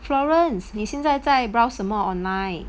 florence 你现在在 browse 什么 online